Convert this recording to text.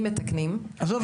היום אם מתקנים --- עזוב,